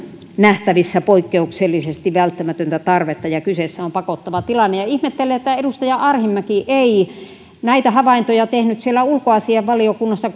nähtävissä poikkeuksellisesti välttämätöntä tarvetta ja kyseessä on pakottava tilanne ihmettelen että edustaja arhinmäki ei näitä havaintoja tehnyt siellä ulkoasiainvaliokunnassa